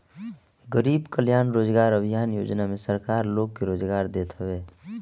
गरीब कल्याण रोजगार अभियान योजना में सरकार लोग के रोजगार देत हवे